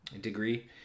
degree